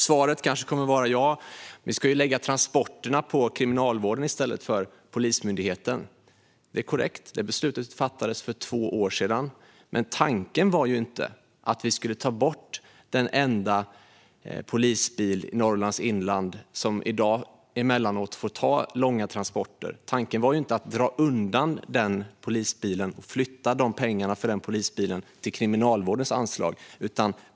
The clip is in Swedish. Svaret kanske kommer att vara: Ja, vi ska ju lägga transporterna på Kriminalvården i stället för på Polismyndigheten. Det är korrekt. Det beslutet fattades för två år sedan. Men tanken var inte att vi skulle ta bort den enda polisbilen i Norrlands inland, som i dag emellanåt får ta långa transporter. Tanken var inte att dra undan den polisbilen och flytta pengarna för den polisbilen till Kriminalvårdens anslag.